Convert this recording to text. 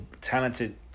talented